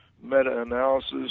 meta-analysis